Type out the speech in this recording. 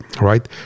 right